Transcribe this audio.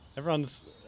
Everyone's